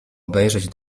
obejrzeć